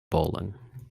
bowling